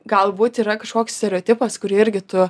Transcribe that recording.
galbūt yra kažkoks stereotipas kurį irgi tu